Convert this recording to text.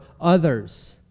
others